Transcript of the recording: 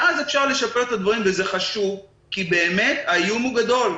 ואז אפשר לשפר את הדברים וזה חשוב כי באמת האיום הוא גדול,